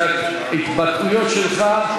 בלי השנאה שעוטפת אותך.